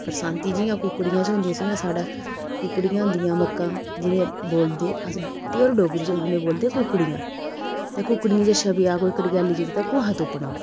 बरसातीं जियां कुकड़ियां च होंदियां साढ़ै कुकड़ियां होदियां मक्कां जि'नेंगी बोलदे अस प्योर डोगरी च उनें बोलदे कुकड़ियां ते कुकड़ियें च छप्पी जाए कोई कडकैले च तां कुहैं तुप्पना ओह्